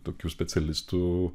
tokių specialistų